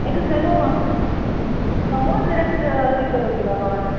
एतत्सर्वं आ कं वा ज़ेराक्स् स्वीकरोति वा भवान्